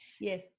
Yes